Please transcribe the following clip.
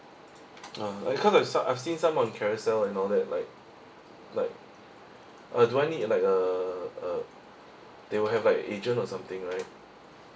uh it kind of suck I've seen some on carousel and all that like like uh do I need like a a they will have like agent or something right